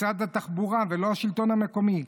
משרד התחבורה, ולא השלטון המקומי,